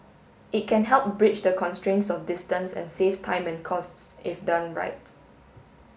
it can help bridge the constraints of distance and save time and costs if done right